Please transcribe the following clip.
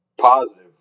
positive